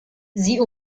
sie